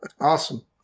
Awesome